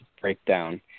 breakdown